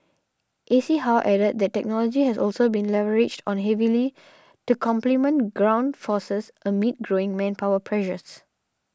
A C how added that technology has also been leveraged on heavily to complement ground forces amid growing manpower pressures